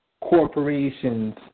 corporations